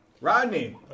Rodney